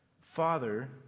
Father